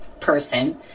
person